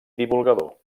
divulgador